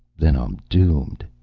then i'm doomed,